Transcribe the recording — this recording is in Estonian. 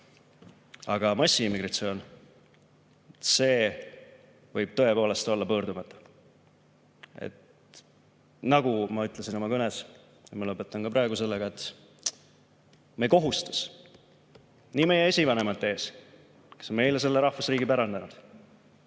Aga massiimmigratsioon – see võib tõepoolest olla pöördumatu. Nagu ma ütlesin oma kõnes ja ma lõpetan ka praegu sellega, et meie kohustus nii meie esivanemate ees, kes on meile selle rahvusriigi pärandanud,